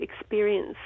experience